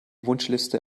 wunschliste